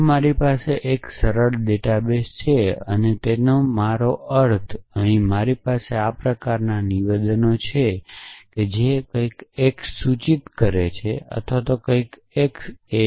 જો મારી પાસે એક સરળ ડેટાબેસછે અને સરળ મારો અર્થ મારી પાસે ફક્ત આ પ્રકારના નિવેદનો છે કંઈક x સૂચિત કરે છે કંઈક x